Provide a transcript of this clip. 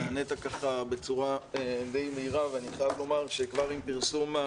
נענית בצורה די מהירה ואני חייב לומר שכבר עם פרסום,